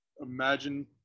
imagine